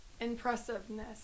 impressiveness